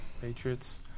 Patriots